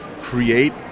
create